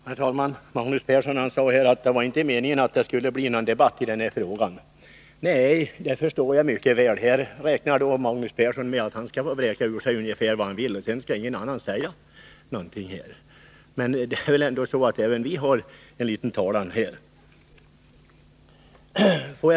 Herr talman! Magnus Persson sade att det inte var meningen att det skulle bli någon debatt i denna fråga. Nej, det förstår jag mycket väl. Magnus Persson räknade med att han skulle få vräka ur sig vad som helst, och sedan skulle ingen annan säga någonting. Men även vi har talan här.